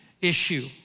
issue